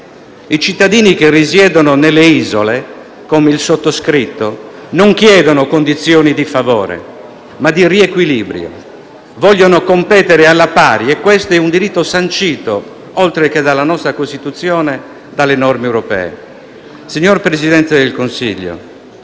I cittadini che risiedono nelle isole, come il sottoscritto, non chiedono condizioni di favore, ma di riequilibrio: vogliono competere alla pari e questo è un diritto sancito, oltre che dalla nostra Costituzione, dalle norme europee. Signor Presidente del Consiglio,